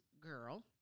girl